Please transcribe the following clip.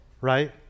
Right